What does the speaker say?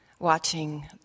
watching